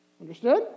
Understood